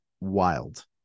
wild